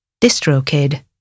DistroKid